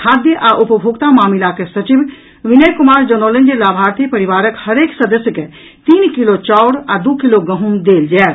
खाद्य आ उपभोक्ता मामिलाक सचिव विनय कुमार जनौलनि जे लाभार्थी परिवारक हरेक सदस्य के तीन किलो चाऊर आ दू किलो गहूँम देल जायत